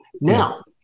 Now